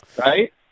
right